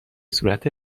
صورت